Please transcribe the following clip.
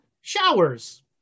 showers